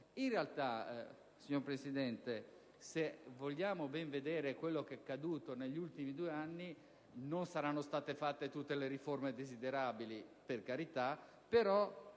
In realtà, signora Presidente, se vogliamo ben vedere quello che è accaduto negli ultimi due anni, forse non saranno state fatte tutte le riforme desiderabili, però se